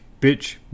bitch